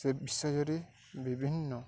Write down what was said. ସେ ବିଷୟରେ ବିଭିନ୍ନ